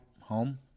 Home